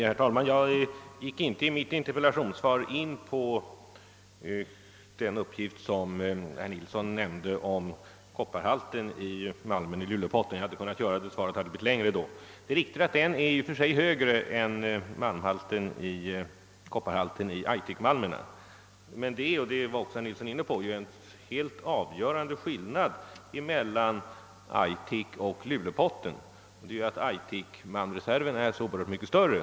Herr talman! Jag gick i mitt interpellationssvar inte in på den av herr Nilsson i Agnäs nämnda uppgiften om kopparhalten hos malmen i Lulepotten men vill gärna kommentera den nu. Det är riktigt att denna kopparhalt i och för sig är högre än i aitikmalmerna. Det är dock, vilket herr Nilsson också var inne på, en helt avgörande skillnad mellan aitikfyndigheten och Lulepotten, nämligen att den förra är så oerhört mycket större.